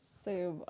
save